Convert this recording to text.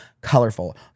colorful